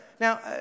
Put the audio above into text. Now